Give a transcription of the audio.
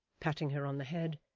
patting her on the head,